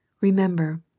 Remember